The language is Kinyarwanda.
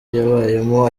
yabayemo